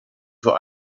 vor